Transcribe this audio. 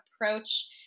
approach